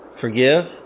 Forgive